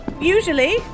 usually